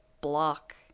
block